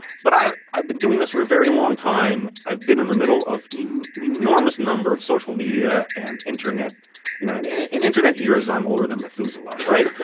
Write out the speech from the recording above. but i've i've been doing this for a very long time. i've been in the middle of an enormous number of social media and internet you know and yeah in internet years, i'm older than methuselah, right?